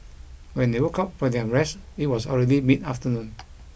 when they woke up from their rest it was already mid afternoon